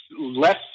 less